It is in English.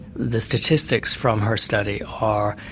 the statistics from her study are,